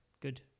Good